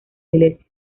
iglesia